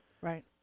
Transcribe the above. Right